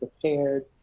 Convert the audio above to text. prepared